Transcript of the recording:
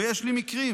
ויש מקרים